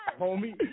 homie